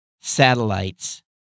satellites